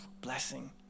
blessing